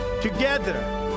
Together